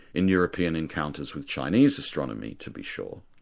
in european encounters with chinese astronomy to be sure,